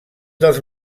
dels